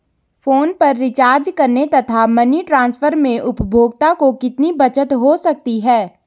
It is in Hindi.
फोन पर रिचार्ज करने तथा मनी ट्रांसफर में उपभोक्ता को कितनी बचत हो सकती है?